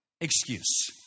excuse